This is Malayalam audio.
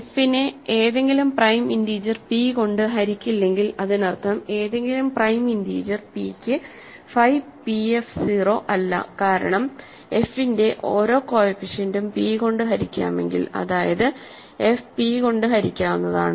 എഫ് നെ ഏതെങ്കിലും പ്രൈം ഇൻറിജർ പി കൊണ്ട് ഹരിക്കില്ലെങ്കിൽ അതിനർത്ഥം ഏതെങ്കിലും പ്രൈം ഇൻറിജർ പിക്ക് ഫൈ പിഎഫ് 0 അല്ല കാരണം f ന്റെ ഓരോ കോഎഫിഷ്യന്റും p കൊണ്ട് ഹരിക്കാമെങ്കിൽ അതായത് fപി കൊണ്ട് ഹരിക്കാവുന്നതാണ്